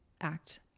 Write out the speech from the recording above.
act